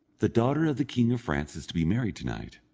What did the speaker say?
the daughter of the king of france is to be married to-night,